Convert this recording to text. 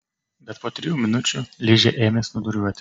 bet po trijų minučių ližė ėmė snūduriuoti